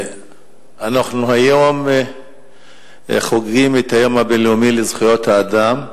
אנחנו חוגגים היום את היום הבין-לאומי לזכויות האדם.